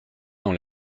dans